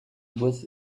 with